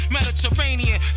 Mediterranean